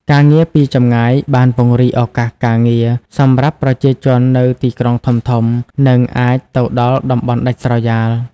ការងារពីចម្ងាយបាន ពង្រីកឱកាសការងារ សម្រាប់ប្រជាជននៅទីក្រុងធំៗ និងអាចទៅដល់តំបន់ដាច់ស្រយាល។